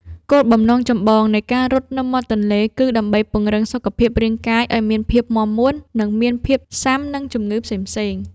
គោលបំណងចម្បងនៃការរត់នៅមាត់ទន្លេគឺដើម្បីពង្រឹងសុខភាពរាងកាយឱ្យមានភាពមាំមួន និងមានភាពស៊ាំនឹងជំងឺផ្សេងៗ។